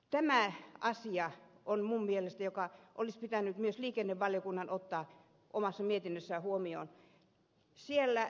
tämä asia olisi minun mielestäni myös liikennevaliokunnan pitänyt ottaa mietinnössään huomioon